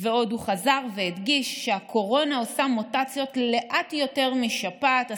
הוא חזר והדגיש שהקורונה עושה מוטציות לאט יותר משפעת.